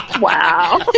Wow